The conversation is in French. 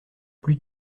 plus